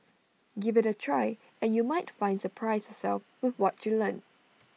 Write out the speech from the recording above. give IT A try and you might find surprise yourself with what you learn